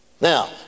Now